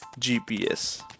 gps